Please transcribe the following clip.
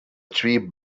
tree